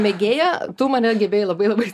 mėgėja tu mane gebėjai labai labai